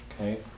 okay